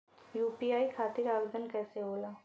UPI खातिर आवेदन कैसे होला?